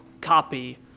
copy